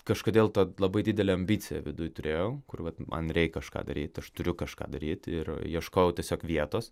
kažkodėl tą labai didelę ambiciją viduj turėjau kur vat man reik kažką daryt aš turiu kažką daryt ir ieškojau tiesiog vietos